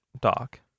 Doc